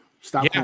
Stop